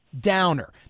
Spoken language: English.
Downer